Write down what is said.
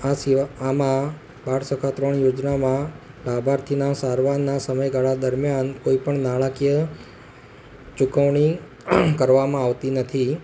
આ સિવા આમાં બાળસખા ત્રણ યોજનામાં લાભાર્થીનાં સારવારના સમયગાળા દરમ્યાન કોઈપણ નાણાકીય ચુકવણી કરવામાં આવતી નથી